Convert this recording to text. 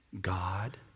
God